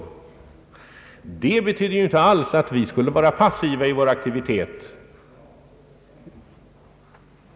Det betyder inte alls att vi skulle vara passiva i vår aktivitet.